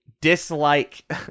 dislike